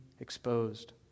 exposed